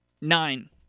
Nine